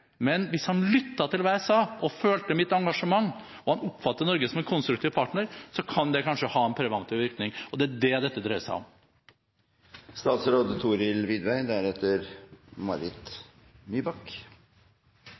Men hvis han lyttet til hva jeg sa og følte mitt engasjement, og han oppfatter Norge som en konstruktiv partner, kan det kanskje ha en preventiv virkning. Og det er det dette dreier seg